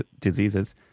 diseases